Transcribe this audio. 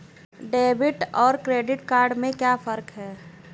Debit और credit में क्या फर्क है?